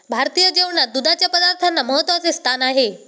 भारतीय जेवणात दुधाच्या पदार्थांना महत्त्वाचे स्थान आहे